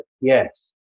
yes